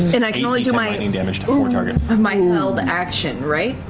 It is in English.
and i can only do my and and um my held action, right?